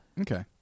Okay